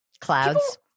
clouds